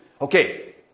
Okay